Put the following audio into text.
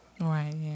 Right